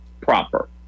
proper